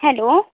hello